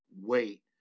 wait